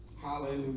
hallelujah